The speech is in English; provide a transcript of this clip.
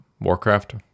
Warcraft